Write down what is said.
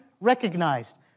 recognized